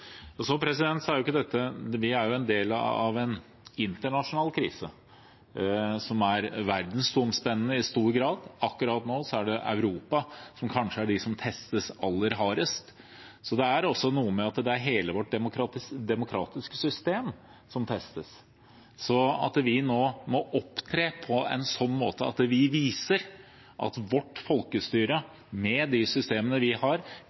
Vi er en del av en internasjonal krise, som er verdensomspennende i stor grad. Akkurat nå er det kanskje Europa som testes aller hardest. Det er hele vårt demokratiske system som testes, så at vi nå opptrer på en slik måte at vi viser at vårt folkestyre, med de systemene vi har,